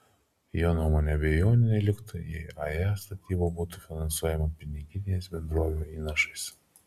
jo nuomone abejonių neliktų jei ae statyba būtų finansuojama piniginiais bendrovių įnašais